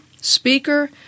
speaker